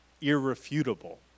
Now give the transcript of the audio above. irrefutable